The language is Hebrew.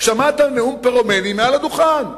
שמעת נאום פירומני מעל הדוכן.